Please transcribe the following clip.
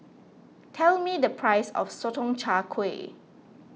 tell me the price of Sotong Char Kway